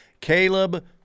Caleb